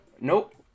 Nope